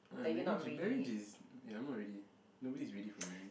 uh marriage is marriage is ya I'm not ready nobody is ready for marriage